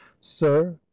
sir